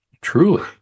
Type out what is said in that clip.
truly